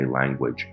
language